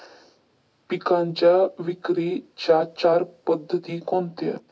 पिकांच्या विक्रीच्या चार पद्धती कोणत्या?